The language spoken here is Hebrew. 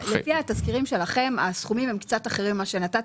לפי התזכירים שלכם הסכומים הם קצת אחרים ממה שנתת.